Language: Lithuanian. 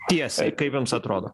tiesiai kaip jums atrodo